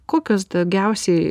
kokios daugiausiai